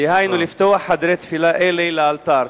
דהיינו לפתוח חדרי תפילה אלה לאלתר?